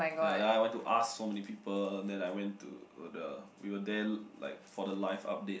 ya then I went to ask so many people then I went to the we were there like for the live update